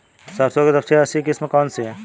सरसों की सबसे अच्छी किस्म कौन सी है?